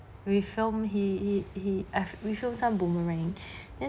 we film he he he we film some boomerang